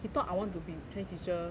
he thought I want be chinese teacher